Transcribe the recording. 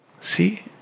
See